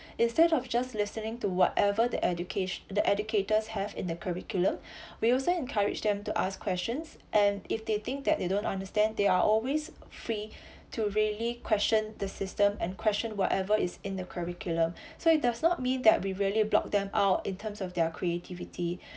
instead of just listening to whatever the educati~ the educators have in the curriculum we also encourage them to ask questions and if they think that they don't understand they are always free to really questioned the system and question whatever is in the curriculum so it does not mean that we really block them out in terms of their creativity